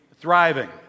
thriving